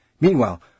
Meanwhile